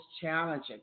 challenging